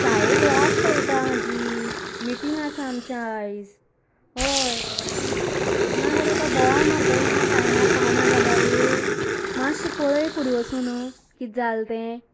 साहेब वाट पळयता म्हजी मिटिंग आसा आमची आयज हय ना जाल्यार तो बोवाळ मारतलो न्हू टायमार पावना जाल्यार मातशें पळय फुडें वचून कितें जालें ते